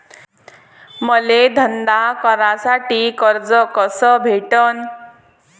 मले धंदा करासाठी कर्ज कस भेटन?